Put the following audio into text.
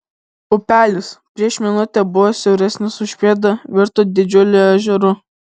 upelis prieš minutę buvęs siauresnis už pėdą virto didžiuliu ežeru